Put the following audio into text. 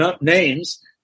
names